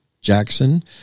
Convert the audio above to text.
Jackson